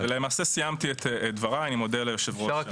למעשה סיימתי את דבריי, אני מודה ליושב-ראש.